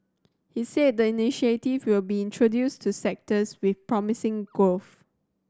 he said the initiative will be introduced to sectors with promising growth